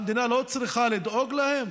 המדינה לא צריכה לדאוג להם?